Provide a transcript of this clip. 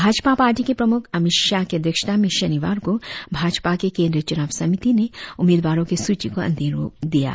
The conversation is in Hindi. भाजपा पार्टी के प्रमुख अमित शाह के अध्यक्षता में शनिवार को भाजपा के केंद्रीय चुनाव समिति ने उम्मीदवारों के सुची को अंतिम रुप दिया गया